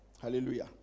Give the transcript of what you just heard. hallelujah